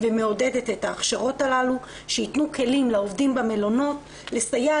ומעודדת את ההכשרות האלה שיתנו כלים לעובדים במלונות לסייע